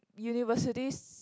universities